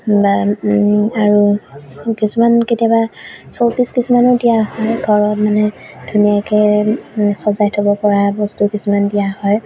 বা আৰু কিছুমান কেতিয়াবা শ্ব' পিচ কিছুমানো দিয়া হয় ঘৰত মানে ধুনীয়াকৈ সজাই থ'ব পৰা বস্তু কিছুমান দিয়া হয়